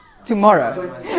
Tomorrow